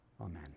Amen